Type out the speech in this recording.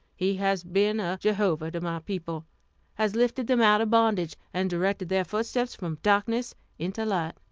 he has been a jehovah to my people has lifted them out of bondage, and directed their footsteps from darkness into light.